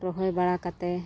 ᱨᱚᱦᱚᱭ ᱵᱟᱲᱟ ᱠᱟᱛᱮ